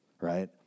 right